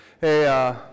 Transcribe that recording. Hey